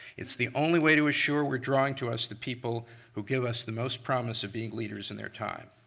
it's the only way to assure we're drawing to us the people who give us the most promise of being leaders in their time.